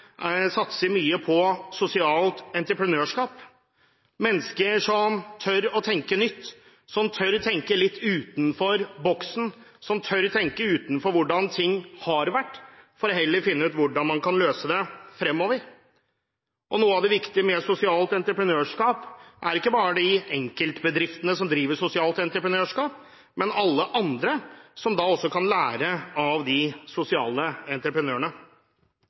satser mye på sosialt entreprenørskap, på mennesker som tør å tenke nytt, som tør å tenke litt utenfor boksen, som tør å tenke utenfor hvordan ting har vært, for heller å finne ut hvordan man kan løse det fremover. Noe av det viktige med sosialt entreprenørskap er ikke bare de enkeltbedriftene som driver sosialt entreprenørskap, men alle andre som også kan lære av de sosiale entreprenørene.